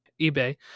eBay